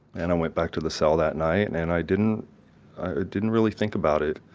and i went back to the cell that night and and i didn't i didn't really think about it.